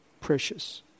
precious